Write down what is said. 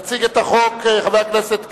חבר הכנסת כץ,